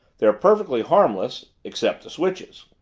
they're perfectly harmless except to switches.